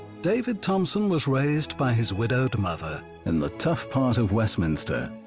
david thompson was raised by his widowed mother in the tough part of westminster.